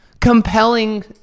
compelling